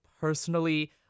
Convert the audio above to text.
personally